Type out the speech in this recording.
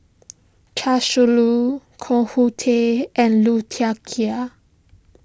Chia Shi Lu Koh Hoon Teck and Liu Thai Ker